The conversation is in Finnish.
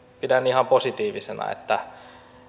pidän ihan positiivisena että